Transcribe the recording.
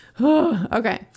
Okay